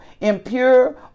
impure